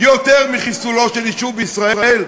יותר מחיסולו של יישוב בישראל?